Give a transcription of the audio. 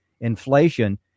Inflation